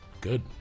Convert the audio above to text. Good